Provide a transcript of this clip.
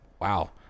Wow